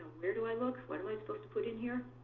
where do i look? what am i supposed to put in here?